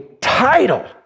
title